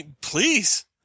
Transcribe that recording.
Please